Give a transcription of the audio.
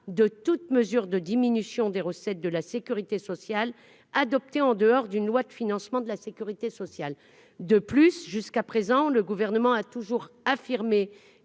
de toute mesure de diminution des recettes de la Sécurité sociale adopté en dehors d'une loi de financement de la Sécurité sociale de plus jusqu'à présent, le gouvernement a toujours affirmé